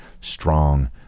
strong